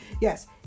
Yes